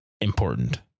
important